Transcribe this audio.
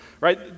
Right